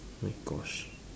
oh my gosh